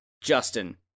Justin